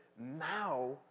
now